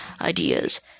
ideas